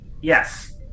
Yes